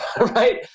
right